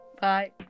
Bye